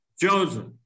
Joseph